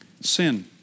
Sin